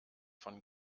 von